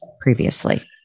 previously